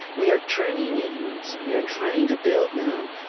we are turning inwards. we are trying to build, now,